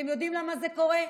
אתם יודעים למה זה קורה?